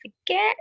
forget